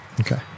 Okay